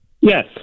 Yes